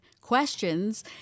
questions